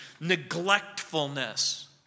neglectfulness